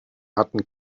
hatten